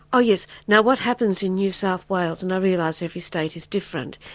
oh yes. now what happens in new south wales, and i realise every state is different,